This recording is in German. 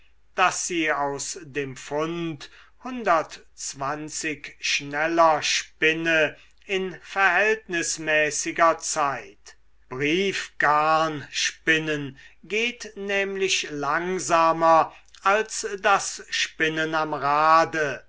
daß sie aus dem fund hundertundzwanzig schneller spinne in verhältnismäßiger zeit briefgarnspinnen geht nämlich langsamer als das spinnen am rade